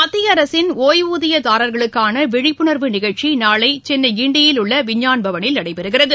மத்திய அரசின் ஒய்வூதியதாரர்களுக்கான விழிப்புணர்வு நிகழ்ச்சி நாளை சென்னை கிண்டியில் உள்ள விஞ்ஞான் பவனில் நடைபெறுகிறது